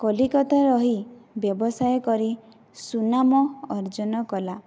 କଲିକତାରେ ରହି ବ୍ୟବସାୟ କରି ସୁନାମ ଅର୍ଜନ କଲା